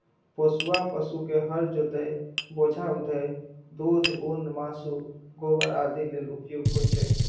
पोसुआ पशु के हर जोतय, बोझा उघै, दूध, ऊन, मासु, गोबर आदि लेल उपयोग होइ छै